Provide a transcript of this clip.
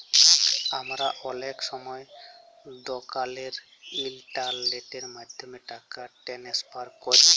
আমরা অলেক সময় দকালের ইলটারলেটের মাধ্যমে টাকা টেনেসফার ক্যরি